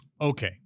Okay